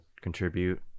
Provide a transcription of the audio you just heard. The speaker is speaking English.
contribute